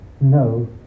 No